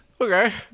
Okay